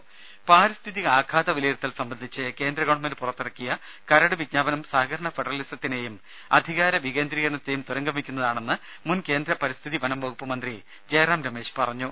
രുമ പാരിസ്ഥിതിക ആഘാത വിലയിരുത്തൽ സംബന്ധിച്ച് കേന്ദ്ര ഗവൺമെന്റ് പുറത്തിറക്കിയ കരട് വിജ്ഞാപനം സഹകരണ ഫെഡറലിസത്തിനെയും അധികാര വികേന്ദ്രീകരണത്തെയും തുരങ്കം വയ്ക്കുന്നതാണെന്ന് മുൻകേന്ദ്ര പരിസ്ഥിതി വനം വകുപ്പ് മന്ത്രി ജയറാം രമേശ് പറഞ്ഞു